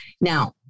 Now